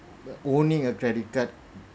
owning a credit card